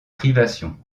privations